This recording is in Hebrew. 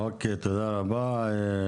תודה רבה,